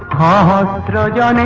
da but da da